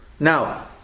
Now